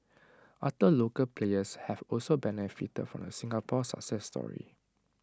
other local players have also benefited from the Singapore success story